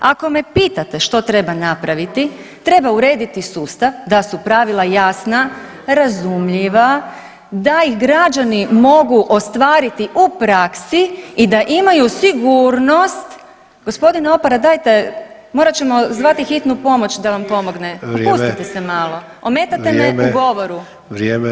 Ako me pitate što treba napraviti treba urediti sustav da su pravila jasna, razumljiva, da ih građani mogu ostvariti u praksi i da imaju sigurnost, gospodine Opara dajte morat ćemo zvati hitnu pomoć da vam pomogne opustite se malo [[Upadica: Vrijeme.]] ometate me u govoru [[Upadica: Vrijeme.]] ometate.